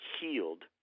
healed